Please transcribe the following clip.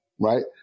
right